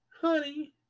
honey